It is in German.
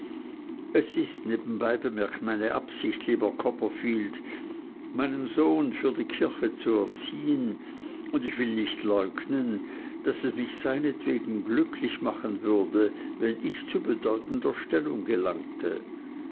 es ist nebenbei bemerkt meine absicht lieber copperfield meinen sohn für die kirche zu erziehen und ich will nicht leugnen daß es mich seinetwegen glücklich machen würde wenn ich zu bedeutender stellung gelangte